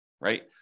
right